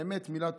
באמת מילה טובה.